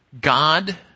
God